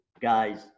guys